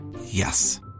Yes